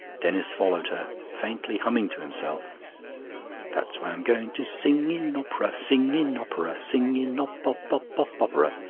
denis followed her, faintly humming to himself that's why i'm going to sing in op'ra, sing in op'ra, sing in op-pop-pop-pop-pop-popera.